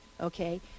okay